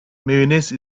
mayonnaise